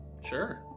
Sure